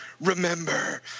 remember